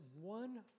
one